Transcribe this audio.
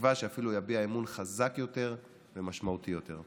ובתקווה שאפילו יביע אמון חזק יותר ומשמעותי יותר.